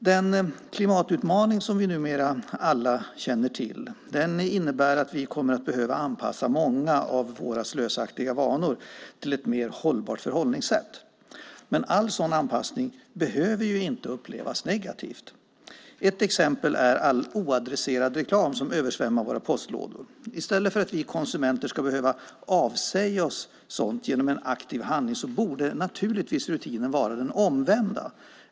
Den klimatutmaning som vi numera alla känner till innebär att vi kommer att behöva anpassa många av våra slösaktiga vanor till ett mer hållbart förhållningssätt. Men all sådan anpassning behöver ju inte upplevas negativt. Ett exempel är all oadresserad reklam som översvämmar våra postlådor. I stället för att vi konsumenter ska behöva avsäga oss sådant genom en aktiv handling borde naturligtvis rutinen vara den omvända.